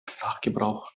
sprachgebrauch